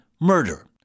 murder